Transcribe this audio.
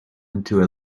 into